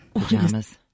Pajamas